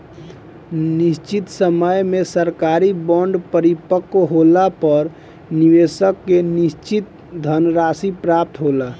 निशचित समय में सरकारी बॉन्ड परिपक्व होला पर निबेसक के निसचित धनराशि प्राप्त होला